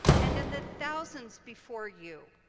and in the thousands before you,